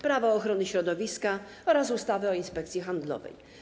Prawo ochrony środowiska oraz ustawy o Inspekcji Handlowej.